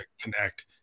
connect